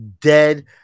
Dead